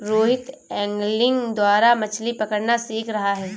Rohit angling द्वारा मछ्ली पकड़ना सीख रहा है